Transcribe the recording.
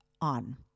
on